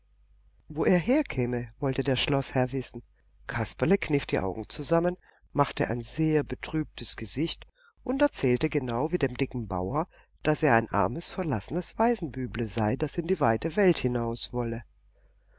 wo er herkäme wollte der schloßherr wissen kasperle kniff die augen zusammen machte ein sehr betrübtes gesicht und erzählte genau wie dem dicken bauer daß er ein armes verlassenes waisenbüble sei und in die weite welt hinaus wolle